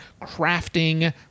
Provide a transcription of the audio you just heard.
crafting